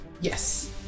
Yes